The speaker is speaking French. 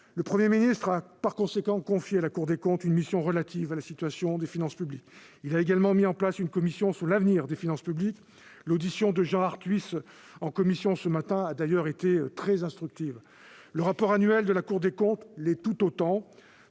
le Premier ministre a confié à la Cour des comptes une mission relative à la situation des finances publiques. Il a également mis en place une commission sur l'avenir des finances publiques. L'audition de Jean Arthuis, ce matin, par la commission des finances a d'ailleurs été très instructive. Le rapport annuel de la Cour des comptes l'est tout autant.